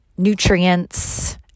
nutrients